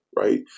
right